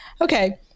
Okay